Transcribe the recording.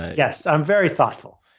yes, i'm very thoughtful.